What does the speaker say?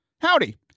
Howdy